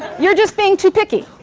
you're just being too picky.